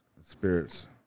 spirits